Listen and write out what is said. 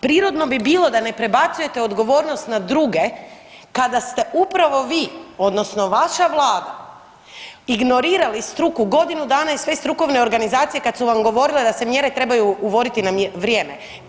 Prirodno bi bilo da ne prebacujete odgovornost na druge kada ste upravo vi odnosno vaša vlada ignorirali struku godinu dana i sve strukovne organizacije kad su vam govorile da se mjere trebaju uvoditi na vrijeme.